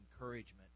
encouragement